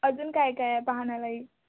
अजून काय काय आहे पाहण्यालायक